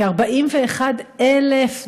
כ-41,000 דונם,